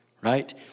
Right